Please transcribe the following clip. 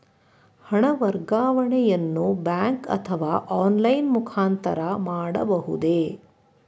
ಹಣ ವರ್ಗಾವಣೆಯನ್ನು ಬ್ಯಾಂಕ್ ಅಥವಾ ಆನ್ಲೈನ್ ಮುಖಾಂತರ ಮಾಡಬಹುದೇ?